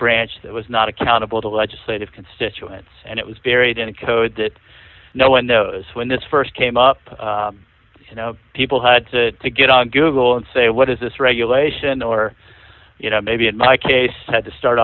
branch that was not accountable to legislative constituents and it was buried in a code that no one knows when this st came up and people had to get on google and say what is this regulation or you know maybe in my case i had to start